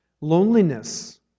Loneliness